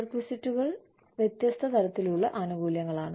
പെർക്വിസൈറ്റുകൾ വ്യത്യസ്ത തരത്തിലുള്ള ആനുകൂല്യങ്ങളാണ്